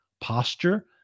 posture